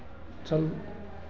सब